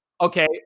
Okay